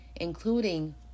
including